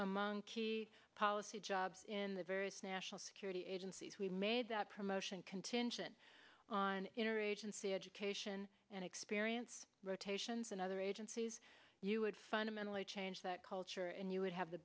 among key policy jobs in the various national security agencies we made that promotion contingent on inner agency education and experience rotations and other agencies you would fundamentally change that culture and you would have the